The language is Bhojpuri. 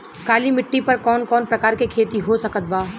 काली मिट्टी पर कौन कौन प्रकार के खेती हो सकत बा?